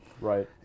Right